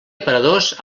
aparadors